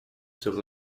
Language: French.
sur